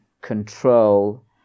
control